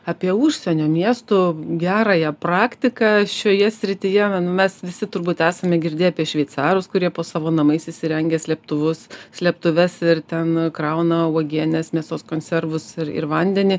apie užsienio miestų gerąją praktiką šioje srityje mes visi turbūt esame girdėję apie šveicarus kurie po savo namais įsirengę slėptuvus slėptuves ir ten krauna uogienes mėsos konservus ir ir vandenį